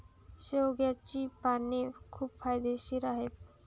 शेवग्याची पाने खूप फायदेशीर आहेत